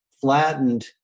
flattened